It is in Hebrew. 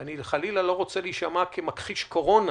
וחלילה, אני לא רוצה להישמע כמכחיש קורונה,